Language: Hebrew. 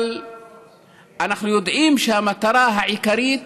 אבל אנחנו יודעים שהמטרה העיקרית